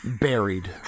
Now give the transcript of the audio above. buried